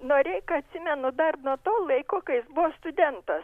noreiką atsimenu dar nuo to laiko kai jis buvo studentas